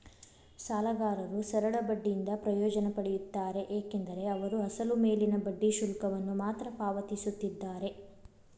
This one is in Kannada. ಸಾಲಗಾರರು ಸರಳ ಬಡ್ಡಿಯಿಂದ ಪ್ರಯೋಜನ ಪಡೆಯುತ್ತಾರೆ ಏಕೆಂದರೆ ಅವರು ಅಸಲು ಮೇಲಿನ ಬಡ್ಡಿ ಶುಲ್ಕವನ್ನು ಮಾತ್ರ ಪಾವತಿಸುತ್ತಿದ್ದಾರೆ